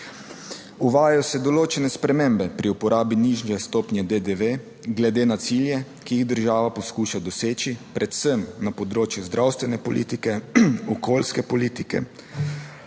Uvajajo se določene spremembe pri uporabi nižje stopnje DDV glede na cilje, ki jih država poskuša doseči predvsem na področju zdravstvene politike, okolijske politike